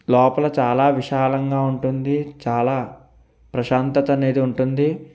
లోపల చాలా విశాలంగా ఉంటుంది చాలా ప్రశాంతత అనేది ఉంటుంది